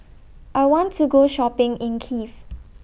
I want to Go Shopping in Kiev